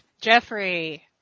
Jeffrey